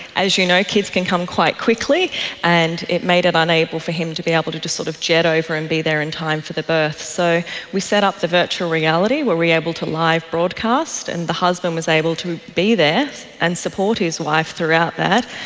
as you know, kids can come quite quickly and it made it unable for him to be able to to sort of jet over and be there in time for the birth. so we set up the virtual reality where we were able to live broadcast, and the husband was able to be there and support his wife throughout that,